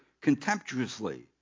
contemptuously